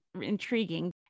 intriguing